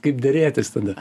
kaip derėtis tada